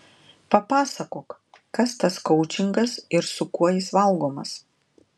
papasakok kas tas koučingas ir su kuo jis valgomas